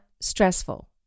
stressful